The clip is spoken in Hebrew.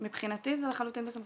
מבחינתי זה לחלוטין בסמכותך.